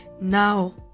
now